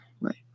Right